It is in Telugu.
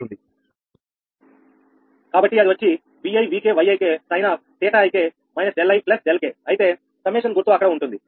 కాబట్టి అది వచ్చి Vi Vk Yik sin𝜃ik − 𝛿i 𝛿k అయితే సమ్మషన్ గుర్తు అక్కడ ఉంటుంది